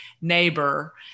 neighbor